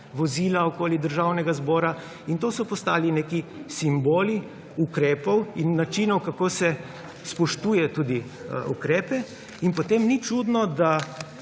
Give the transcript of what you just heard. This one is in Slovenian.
vozila okoli Državnega zbora. In to so postali neki simboli ukrepov in načinov, kako se spoštuje tudi ukrepe; in potem ni čudno, da